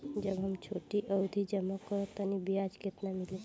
जब हम छोटी अवधि जमा करम त ब्याज केतना मिली?